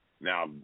Now